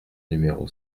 numéro